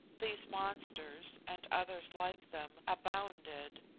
these monsters, and others like them, abounded,